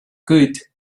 good